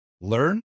learn